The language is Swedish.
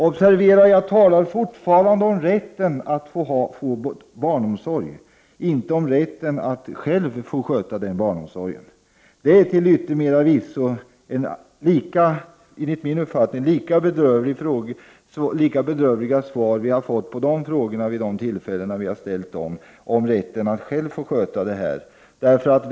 Observera att jag fortfarande talar om rätten att få barnomsorg, inte om rätten att själv få sköta den barnomsorgen. De svar som vi har fått är enligt min uppfattning lika bedrövliga som de vi har fått när vi vid tidigare tillfällen har frågat om möjligheterna för dagbarnvårdarna att själva få svara för barnomsorgen.